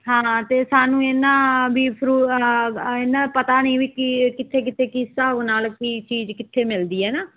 ਹਾਂ ਅਤੇ ਸਾਨੂੰ ਇਹਨਾਂ ਵੀ ਫਰੂ ਇਹਨਾਂ ਪਤਾ ਨਹੀਂ ਵੀ ਕੀ ਕਿੱਥੇ ਕਿੱਥੇ ਕਿਸ ਹਿਸਾਬ ਨਾਲ ਕੀ ਚੀਜ਼ ਕਿੱਥੇ ਮਿਲਦੀ ਹੈ ਨਾ